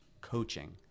coaching